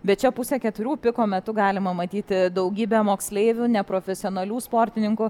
bet čia pusę keturių piko metu galima matyti daugybę moksleivių neprofesionalių sportininkų